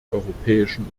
europäischen